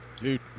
dude